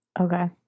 Okay